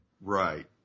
Right